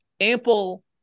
Ample